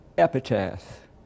epitaph